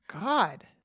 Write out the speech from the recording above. God